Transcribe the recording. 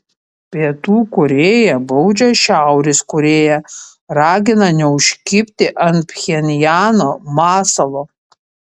pietų korėja baudžia šiaurės korėją ragina neužkibti ant pchenjano masalo